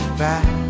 back